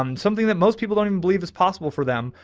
um something that most people don't even believe is possible for them,